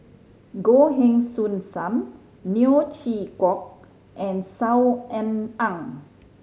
Goh Heng Soon Sam Neo Chwee Kok and Saw Ean Ang